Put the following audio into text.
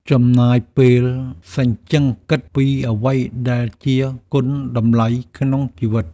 ចំណាយពេលសញ្ជឹងគិតពីអ្វីដែលជាគុណតម្លៃក្នុងជីវិត។